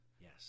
Yes